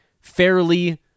fairly